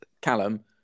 Callum